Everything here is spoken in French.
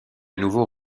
nouveau